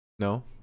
no